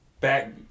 Back